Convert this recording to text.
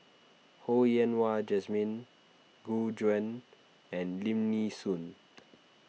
Ho Yen Wah Jesmine Gu Juan and Lim Nee Soon